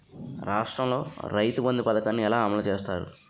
రాష్ట్రంలో రైతుబంధు పథకాన్ని ఎలా అమలు చేస్తారు?